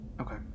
Okay